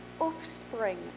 offspring